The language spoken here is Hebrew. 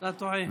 אתה טועה.